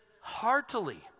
heartily